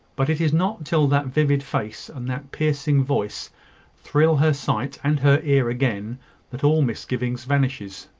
but it is not till that vivid face and that piercing voice thrill her sight and her ear again that all misgiving vanishes.